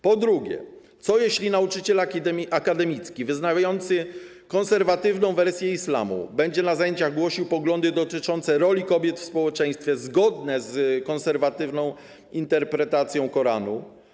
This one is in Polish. Po drugie, co jeśli nauczyciel akademicki wyznający konserwatywną wersję islamu będzie na zajęciach głosił poglądy dotyczące roli kobiet w społeczeństwie zgodne z konserwatywną interpretacją Koranu?